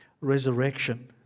resurrection